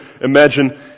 imagine